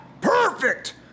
Perfect